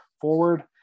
forward